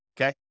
okay